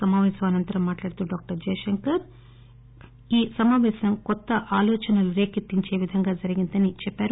సమావేశానంతరం మాట్లాడుతూ డాక్టర్ జైశంకర్ ఈ సమాపేశం కొత్త ఆలోచనలు రేకెత్తించే విధంగా జరిగిందని చెప్పారు